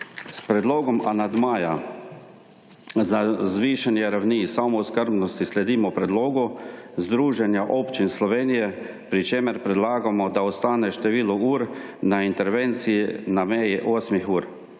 S predlogom amandmaja za zvišanje ravni samoskrbnosti sledimo predlogu Združenja občine Slovenije pri čemer predlagamo, da ostane število ur na intervenciji na meji 8 ur